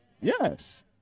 Yes